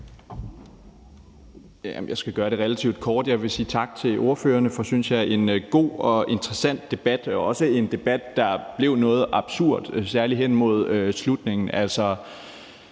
Jeg skal gøre det relativt kort. Jeg vil sige tak til ordførerne for en, synes jeg, god og interessant debat, men også en debat, der blev noget absurd, særlig hen mod slutningen.